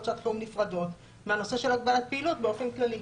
שעת חירום נפרדות מהנושא של הגבלת פעילות באופן כללי.